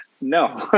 no